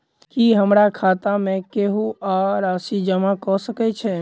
की हमरा खाता मे केहू आ राशि जमा कऽ सकय छई?